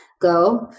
go